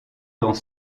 dans